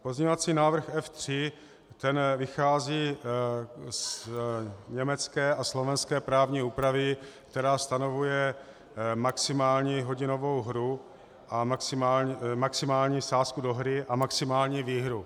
Pozměňovací návrh F3 vychází z německé a slovenské právní úpravy, která stanovuje maximální hodinovou hru a maximální sázku do hry a maximální výhru.